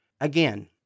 Again